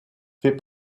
fait